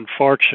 infarction